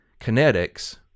kinetics